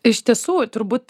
iš tiesų turbūt